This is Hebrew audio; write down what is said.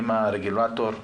הם הרגולטור,